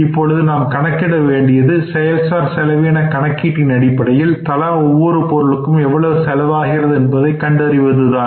இப்பொழுது நாம் கணக்கிட வேண்டியது செயல் சார் செலவின கணக்கீட்டின் அடிப்படையில் தலா ஒவ்வொரு பொருளுக்கும் எவ்வளவு செலவாகிறது என்பதை கண்டறிவதுதான்